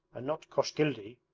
and not koshkildy.